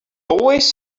always